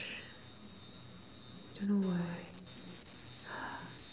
don't know why